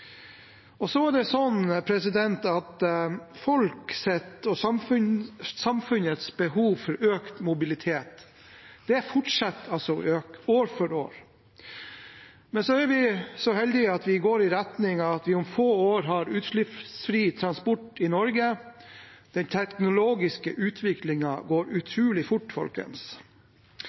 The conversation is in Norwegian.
er så heldige at det går i retning av at vi om få år har utslippsfri transport i Norge. Den teknologiske utviklingen går utrolig fort, folkens.